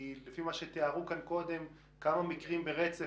לפי מה שתיארו כאן קודם כמה מקרים ברצף.